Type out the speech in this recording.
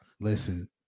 listen